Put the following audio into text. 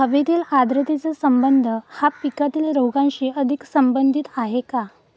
हवेतील आर्द्रतेचा संबंध हा पिकातील रोगांशी अधिक संबंधित आहे का?